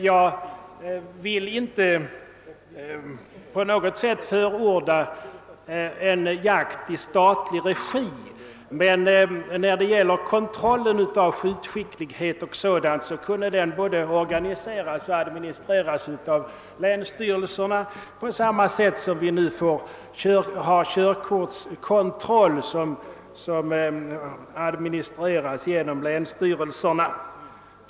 Jag vill inte på något sätt förorda en jakt i statlig regi, men när det gäller kontrollen av skjutskicklighet o. d., så kunde den både organiseras och administreras av länsstyrelserna på samma sätt som det nu förekommer körkortskontroll som administreras genom länsstyrelserna.